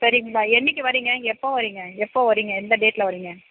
சரிங்ளா என்னைக்கு வரிங்க எப்போ வரிங்க எப்போ வரிங்க எந்த டேடில் வரிங்க